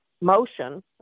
motion